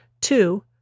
Two